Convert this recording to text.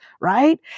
right